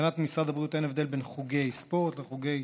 מבחינת משרד הבריאות אין הבדל בין חוגי ספורט לחוגי